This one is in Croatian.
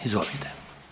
Izvolite.